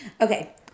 Okay